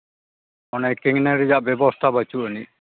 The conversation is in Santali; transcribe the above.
ᱚᱱᱮ ᱨᱮᱭᱟᱜ ᱵᱮᱵᱚᱥᱛᱷᱟ ᱵᱟᱹᱪᱩᱜ ᱟᱹᱱᱤᱡ